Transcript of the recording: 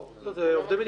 לא -- לא, זה עובדי מדינה.